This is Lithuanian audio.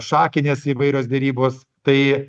šakinės įvairios derybos tai